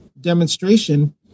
demonstration